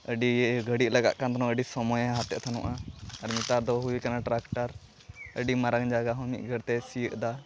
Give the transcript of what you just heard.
ᱟᱹᱰᱤ ᱜᱷᱟᱹᱲᱤᱡ ᱞᱟᱜᱟᱜᱠᱟᱱ ᱛᱟᱦᱮᱱᱚᱜᱼᱟ ᱟᱹᱰᱤ ᱥᱚᱢᱚᱭᱮ ᱦᱟᱛᱮᱫᱠᱟᱱ ᱛᱮᱦᱮᱱᱚᱜᱼᱟ ᱟᱨ ᱱᱮᱛᱟᱨᱫᱚ ᱦᱩᱭ ᱟᱠᱟᱱᱟ ᱴᱨᱟᱠᱴᱟᱨ ᱟᱹᱰᱤ ᱢᱟᱨᱟᱝ ᱡᱟᱭᱜᱟᱦᱚᱸ ᱢᱤᱫ ᱜᱷᱟᱹᱲᱤᱛᱮᱭ ᱥᱤᱭᱟᱹᱜᱮᱫᱟ